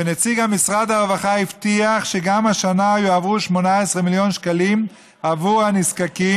ונציג משרד הרווחה הבטיח שגם השנה יועברו 18 מיליון שקלים עבור הנזקקים.